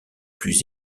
plus